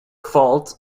fault